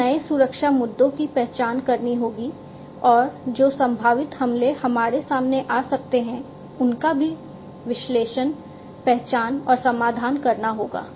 इन नए सुरक्षा मुद्दों की पहचान करनी होगी और जो संभावित हमले हमारे सामने आ सकते हैं उनका भी विश्लेषण पहचान और समाधान करना होगा